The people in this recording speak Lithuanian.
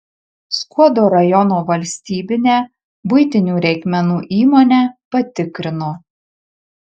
skuodo rajono valstybinę buitinių reikmenų įmonę patikrino